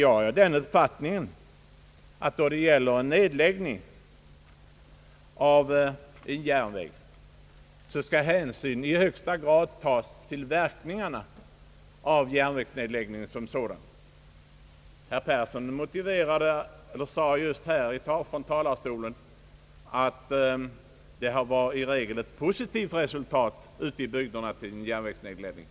Jag anser att då det gäller nedläggning av en järnväg hänsyn i högsta grad skall tas till verkningarna av nedläggningen som sådan, Ang. järnvägspolitiken m.m. Herr Persson sade nyss från talarstolen här att det i regel varit ett positivt resultat ute i bygderna på järnvägsnedläggelserna.